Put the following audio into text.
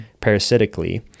parasitically